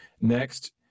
Next